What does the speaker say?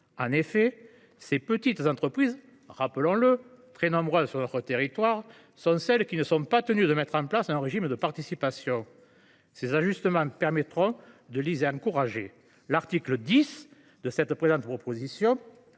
En effet, ces petites entreprises, qui – rappelons le – sont très nombreuses sur notre territoire, sont celles qui ne sont pas tenues de mettre en place un régime de participation. Ces ajustements permettront de les y encourager. L’article 10 du présent projet